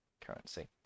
currency